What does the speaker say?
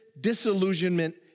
disillusionment